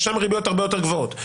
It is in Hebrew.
ששם הריביות הרבה יותר גבוהות.